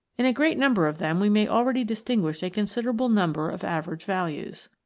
in a great number of them we may already distinguish a considerable number of average values.